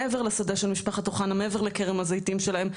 מעבר לשדה של משפחת אוחנה ומעבר לכרם הזיתים שלהם.